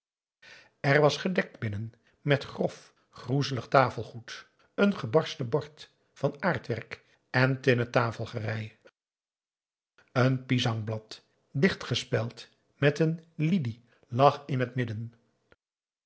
er was gedekt binnen met grof groezelig tafelgoed een gebarsten bord van aardewerk en tinnen tafelgerei een pisangblad dichtgespeld met een lidi lag in het midden